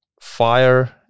fire